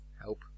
help